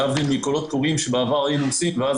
להבדיל מקולות קוראים שבעבר היינו --- ואז